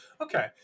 Okay